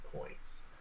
points